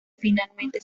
finalmente